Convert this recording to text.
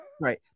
Right